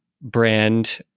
brand